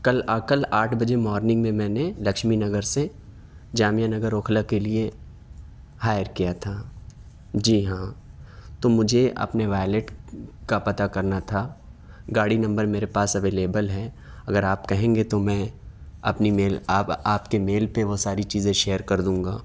کل کل آٹھ بجے مارننگ میں میں نے لکشمی نگر سے جامعہ نگر اوکھلا کے لیے ہائر کیا تھا جی ہاں تو مجھے اپنے ویلیٹ کا پتہ کرنا تھا گاڑی نمبر میرے پاس اویلیبل ہے اگر آپ کہیں گے تو میں اپنی میل آپ آپ کے میل پہ وہ ساری چیزیں شیئر کردوں گا